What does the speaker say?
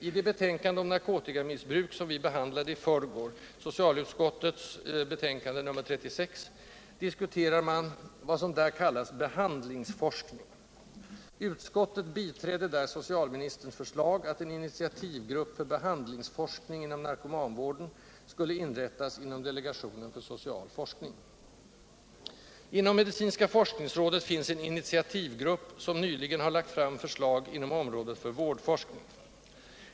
I det betänkande om narkotikamissbruk, som vi behandlade i förrgår — socialutskottets betänkande 1977/78:36 — diskuterar man vad som där kallas behandlingsforskning. Utskottet biträdde där socialministerns förslag att en ”initiativgrupp” för behandlingsforskning inom narkomanvården skulle inrättas inom delegationen för social forskning. Inom medicinska forskningsrådet finns en ”initiativgrupp”, som nyligen har lagt fram förslag inom området för vårdforskning.